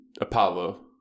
Apollo